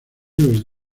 los